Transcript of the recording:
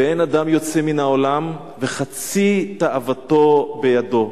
ואין אדם יוצא מן העולם וחצי תאוותו בידו.